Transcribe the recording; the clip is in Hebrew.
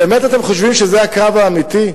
באמת אתם חושבים שזה הקרב האמיתי?